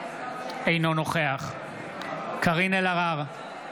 אינו נוכח קארין אלהרר,